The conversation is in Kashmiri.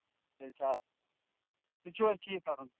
اَچھا سُہ تہِ چھُو حظ ٹھیٖک کَرُن